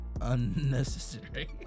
unnecessary